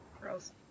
Gross